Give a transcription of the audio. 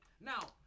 Now